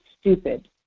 stupid